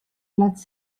blats